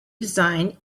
design